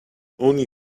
only